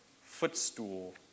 footstool